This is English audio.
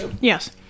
Yes